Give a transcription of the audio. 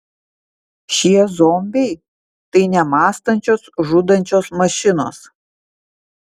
šie zombiai tai nemąstančios žudančios mašinos